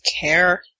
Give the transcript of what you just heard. care